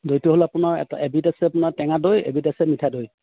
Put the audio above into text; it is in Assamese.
দৈটো হ'ল আপোনাৰ এটা এবিধ আপোনাৰ টেঙা দৈ এবিধ আছে মিঠা দৈ